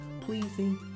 pleasing